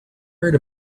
heard